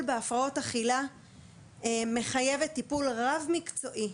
בהפרעות אכילה מחייב טיפול רב מקצועי,